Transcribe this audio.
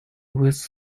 was